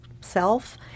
self